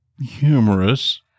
humorous